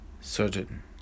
certain